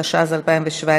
התשע"ז 2017,